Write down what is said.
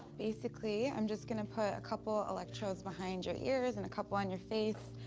basically, i'm just gonna put a couple electrodes behind your ears and a couple on your face,